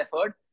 effort